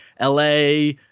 LA